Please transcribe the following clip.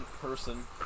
person